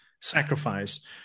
sacrifice